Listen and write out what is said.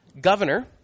governor